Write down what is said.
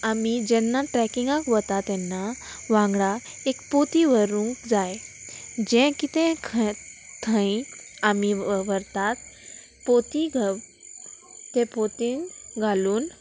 आमी जेन्ना ट्रेकिंगाक वता तेन्ना वांगडा एक पोती व्हरूंक जाय जें कितें खं थंय आमी व्ह व्हरतात पोती ते पोतीन घालून